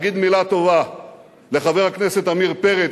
חבר הכנסת פלסנר.